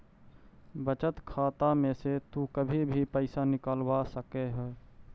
बचत खाता में से तु कभी भी पइसा निकलवा सकऽ हे